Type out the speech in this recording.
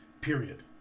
period